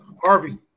Harvey